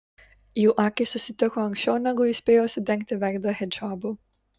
jų akys susitiko anksčiau negu ji spėjo užsidengti veidą hidžabu